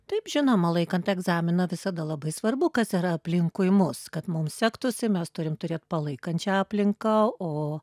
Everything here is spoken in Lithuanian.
taip žinoma laikant egzaminą visada labai svarbu kas yra aplinkui mus kad mums sektųsi mes turim turėt palaikančią aplinką o